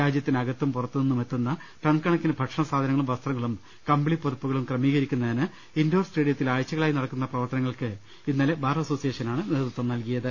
രാജ്യത്തിന് അകത്തും പുറത്തുനിന്നുമെത്തുന്ന ടൺ കണക്കിന് ഭക്ഷണ സാധനങ്ങളും വസ്ത്രങ്ങളും കമ്പിളി പുതപ്പുകളും ക്രമീകരിക്കുന്നതിന് ഇൻഡോർ സ്റ്റേഡിയത്തിൽ ആഴ്ചകളായി നടക്കുന്ന പ്രവർത്തനങ്ങൾക്ക് ഇന്നലെ ബാർ അസോസിയേഷനാണ് നേതൃത്വം നൽകിയത്